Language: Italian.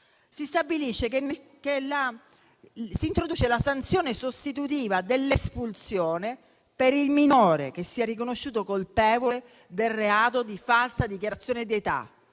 decreto-legge si introduce la sanzione sostitutiva dell'espulsione per il minore che sia riconosciuto colpevole del reato di falsa dichiarazione di età.